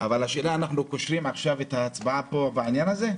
אבל השאלה אם אנחנו קושרים את ההצבעה בעניין הזה?